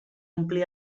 ompli